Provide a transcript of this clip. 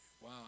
Wow